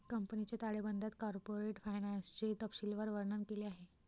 कंपनीच्या ताळेबंदात कॉर्पोरेट फायनान्सचे तपशीलवार वर्णन केले आहे